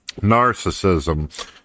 Narcissism